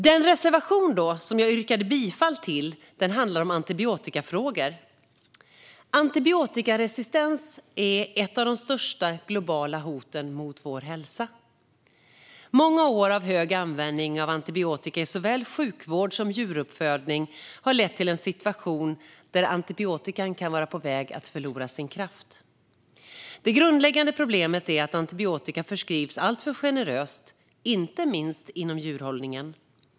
Den reservation som jag yrkade bifall till handlar om antibiotikafrågor. Antibiotikaresistens är ett av de största globala hoten mot vår hälsa. Många år av stor användning av antibiotika i såväl sjukvård som djuruppfödning har lett till en situation där antibiotikan kan vara på väg att förlora sin kraft. Det grundläggande problemet är att antibiotika förskrivs alltför generöst, inte minst inom djurhållningen.